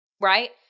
Right